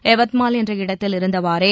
யவத்மால் என்ற இடத்தில் இருந்தவாறே